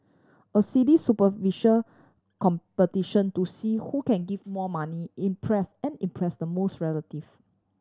a silly superficial competition to see who can give more money impress and impress the most relative